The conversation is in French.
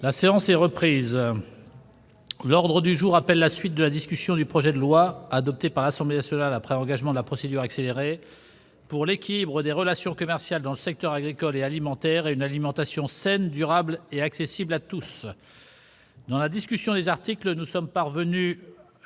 La séance est reprise. L'ordre du jour appelle la suite de la discussion du projet de loi, adopté par l'Assemblée nationale après engagement de la procédure accélérée, pour l'équilibre des relations commerciales dans le secteur agricole et alimentaire et une alimentation saine, durable et accessible à tous (projet n° 525, texte de la commission